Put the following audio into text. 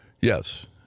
Yes